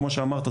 כמו שאמרת,